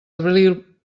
abril